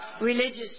religious